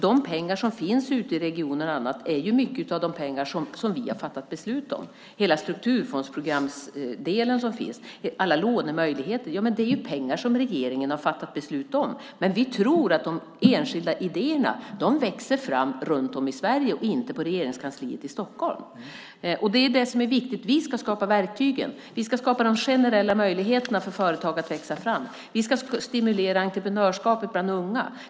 De pengar som finns ute i regioner och annat är mycket av de pengar som vi har fattat beslut om. Hela strukturfondsprogramdelen som finns, alla lånemöjligheter är pengar som regeringen har fattat beslut om. Men vi tror att de enskilda idéerna växer fram runt om i Sverige och inte på Regeringskansliet i Stockholm. Det är det som är viktigt. Vi ska skapa verktygen. Vi ska skapa de generella möjligheterna för företag att växa fram. Vi ska stimulera entreprenörskapet bland unga.